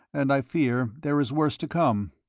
and i fear there is worse to come.